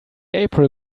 april